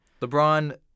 LeBron